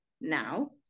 now